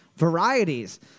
Varieties